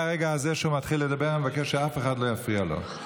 מהרגע הזה שהוא מתחיל לדבר אני מבקש שאף אחד לא יפריע לו.